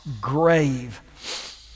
grave